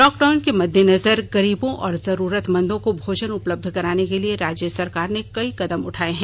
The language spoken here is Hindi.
लॉकडाउन के मद्देनजर गरीबों और जरुरतमंदों को भोजन उपलब्ध कराने के लिए राज्य सरकार ने कई कदम उठाए हैं